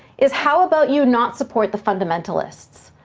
is how about you not support the fundamentalists?